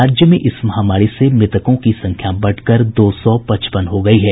राज्य में इस महामारी से मृतकों की संख्या बढ़कर दो सौ पचपन हो गयी है